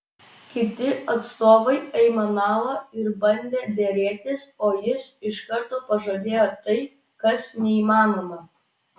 kiti atstovai aimanavo ir bandė derėtis o jis iš karto pažadėjo tai kas neįmanoma